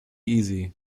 easy